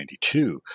1992